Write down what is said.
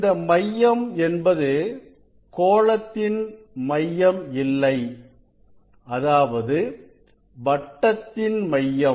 இந்த மையம் என்பது கோளத்தின் மையம் இல்லை அதாவது வட்டத்தின் மையம்